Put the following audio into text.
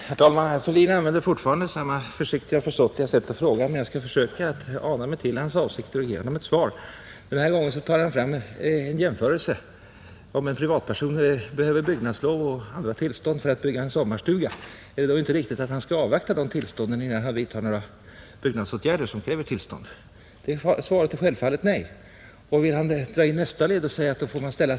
Herr talman! Herr Fälldin använder fortfarande samma försiktiga och försåtliga sätt att fråga, men jag skall försöka ana hans avsikter och ge honom ett svar. Denna gång gör han en jämförelse: Om en privatperson behöver byggnadslov och andra tillstånd för att bygga en sommarstuga, skall han då avvakta de tillstånden innan han vidtar några byggnadsåtgärder? Svaret på den frågan är självfallet ja.